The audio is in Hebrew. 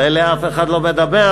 על אלה אף אחד לא מדבר.